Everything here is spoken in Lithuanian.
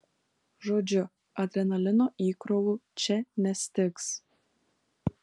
žodžiu adrenalino įkrovų čia nestigs